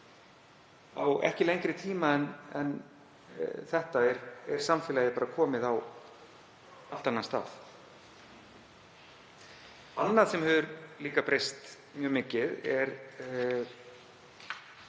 Á ekki lengri tíma en þetta er samfélagið bara komið á allt annan stað. Annað sem hefur líka breyst mjög mikið er